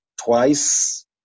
twice